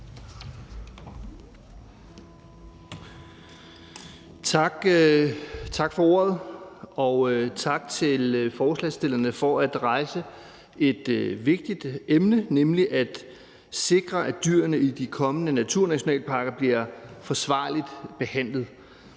Tak for ordet. Og tak til forslagsstillerne for at rejse et vigtigt emne, nemlig at sikre, at dyrene i de kommende naturnationalparker bliver forsvarligt behandlet.